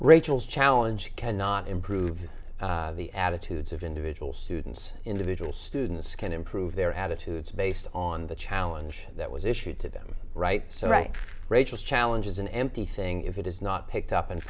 rachel's challenge cannot improve the attitudes of individual students individual students can improve their attitudes based on the challenge that was issued to them right so right rachel challenges an empty thing if it is not picked up and